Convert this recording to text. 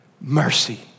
mercy